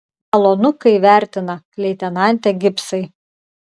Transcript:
malonu kai vertina leitenante gibsai